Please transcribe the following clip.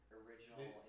original